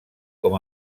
com